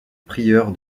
prieur